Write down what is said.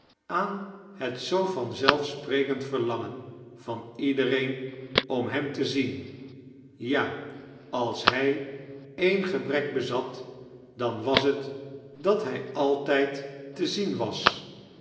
aan het zoo van zelf sprekend verlangsn van iedereen om hem te zien ja als hij een geibrek bezat dan was het dat hij altijd te zien was